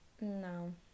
No